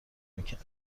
میکرد